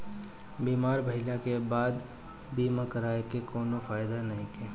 बीमार भइले के बाद बीमा करावे से कउनो फायदा नइखे